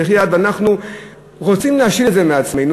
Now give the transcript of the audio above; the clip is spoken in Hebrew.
במחי יד אנחנו רוצים להשיל את זה מעצמנו